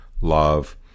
Love